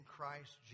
Christ